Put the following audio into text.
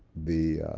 the